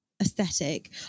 aesthetic